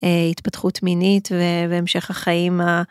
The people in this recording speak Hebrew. התפתחות מינית ובהמשך החיים.